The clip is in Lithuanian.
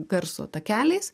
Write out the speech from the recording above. garso takeliais